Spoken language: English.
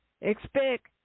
Expect